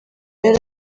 yari